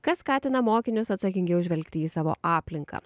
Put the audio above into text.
kas skatina mokinius atsakingiau žvelgti į savo aplinką